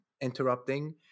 interrupting